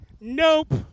nope